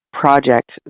project